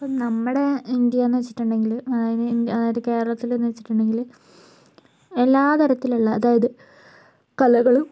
ഇപ്പം നമ്മുടെ ഇന്ത്യ എന്ന് വെച്ചിട്ടുണ്ടെങ്കിൽ അതായത് അതായത് കേരളത്തിൽ എന്ന് വെച്ചിട്ടുണ്ടെങ്കിൽ എല്ലാതരത്തിലുള്ള അതായത് കലകളും